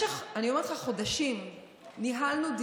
אני אומרת לך,